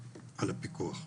על הפיקוח.